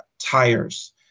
tires